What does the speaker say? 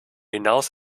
hinaus